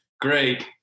great